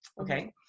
Okay